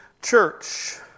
Church